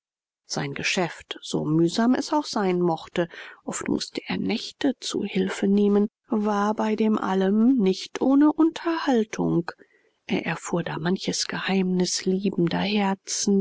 sein geschäft so mühsam es auch sein mochte oft mußte er nächte zu hilfe nehmen war bei dem allem nicht ohne unterhaltung er erfuhr da manches geheimnis liebender